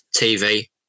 TV